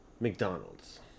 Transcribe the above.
McDonald's